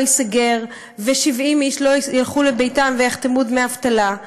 ייסגר ו-70 איש ילכו לביתם ויחתמו דמי אבטלה,